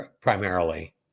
primarily